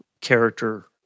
character